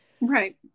Right